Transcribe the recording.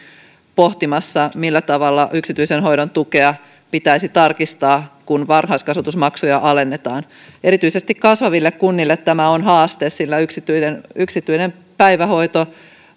pohtimassa millä tavalla yksityisen hoidon tukea pitäisi tarkistaa kun varhaiskasvatusmaksuja alennetaan erityisesti kasvaville kunnille tämä on haaste sillä yksityinen yksityinen päivähoito